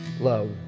love